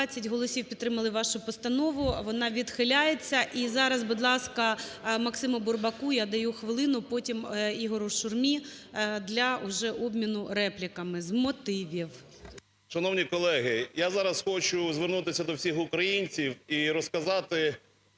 Шановні колеги! Я зараз хочу звернутися до всіх українців і розказати